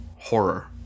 horror